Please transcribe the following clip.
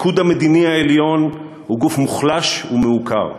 הפיקוד המדיני העליון, הוא גוף מוחלש ומעוקר.